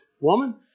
woman